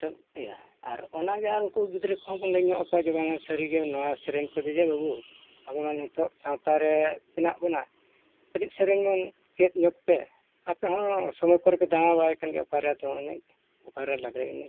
ᱛᱚ ᱤᱭᱟᱹ ᱟᱨ ᱚᱱᱟᱜᱮ ᱩᱱᱠᱩ ᱜᱤᱫᱽᱨᱟᱹ ᱠᱚ ᱦᱚᱸ ᱵᱚᱱ ᱞᱟᱹᱭ ᱧᱚᱜ ᱠᱚᱣᱟ ᱡᱮ ᱵᱟᱝᱟ ᱥᱟᱹᱨᱤ ᱜᱮ ᱱᱚᱣᱟ ᱥᱮᱨᱮᱧ ᱠᱚ ᱥᱟᱹᱨᱤᱜᱮ ᱵᱟᱹᱵᱩ ᱟᱵᱚᱢᱟ ᱱᱤᱛᱚᱜ ᱥᱟᱶᱛᱟ ᱨᱮ ᱢᱮᱱᱟᱜ ᱵᱚᱱᱟ ᱮᱱᱮᱡ ᱥᱮᱨᱮᱧ ᱵᱚᱱ ᱪᱮᱫ ᱧᱚᱜ ᱯᱮ ᱟᱯᱮ ᱦᱚᱸ ᱥᱚᱢᱚᱭ ᱠᱚᱨᱮᱜ ᱯᱮ ᱫᱟᱬᱟ ᱵᱟᱲᱟᱭ ᱠᱟᱱ ᱜᱮᱭᱟ ᱚᱠᱟᱨᱮ ᱫᱚᱝ ᱮᱱᱮᱡ ᱚᱠᱟᱨᱮ ᱞᱟᱜᱽᱲᱮ ᱮᱱᱮᱡ